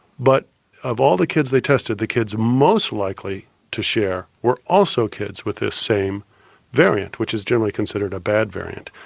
but of all the kids they tested the kids most likely to share were also kids with this same variant which was generally considered a bad variant.